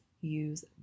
use